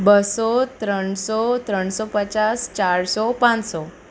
બસો ત્રણસો ત્રણસો પચાસ ચારસો પાંચસો